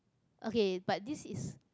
okay but this is